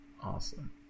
Awesome